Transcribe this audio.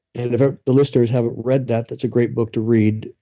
and if ah the listeners haven't read that, that's a great book to read,